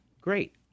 great